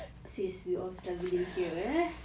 sis we all struggling here ah